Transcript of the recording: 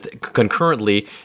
concurrently